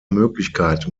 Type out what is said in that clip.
möglichkeit